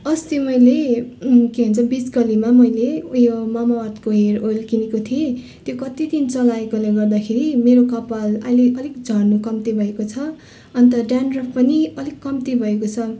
अस्ति मैले के भन्छ बिच गल्लीमा मैले उयो ममा अर्थको हेयर ओयल किनेको थिएँ त्यो कति दिन चलाएकोले गर्दाखेरि मेरो कपाल अहिले अलिक झर्नु कम्ती भएको छ अन्त डेन्ड्रफ पनि अलिक कम्ती भएको छ